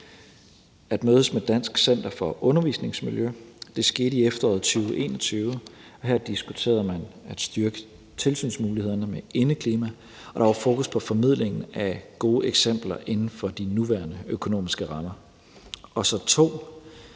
at mødes med Dansk Center for Undervisningsmiljø. Det skete i efteråret 2021, og her diskuterede man at styrke tilsynsmulighederne i forhold til indeklima, og der var fokus på formidlingen af gode eksempler inden for de nuværende økonomiske rammer.